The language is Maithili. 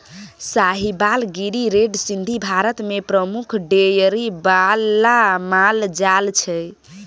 साहिबाल, गिर, रेड सिन्धी भारत मे प्रमुख डेयरी बला माल जाल छै